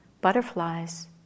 butterflies